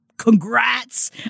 Congrats